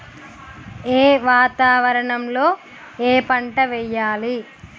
ఏ వాతావరణం లో ఏ పంట వెయ్యాలి?